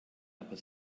aber